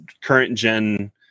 current-gen